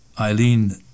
Eileen